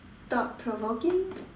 thought provoking